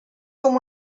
com